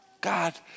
God